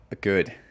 good